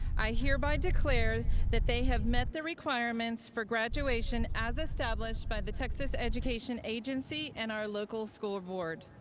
i hereby declare that they have met the requirements for graduation as established by the texas education agency and our local school board.